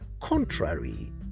contrary